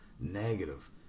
negative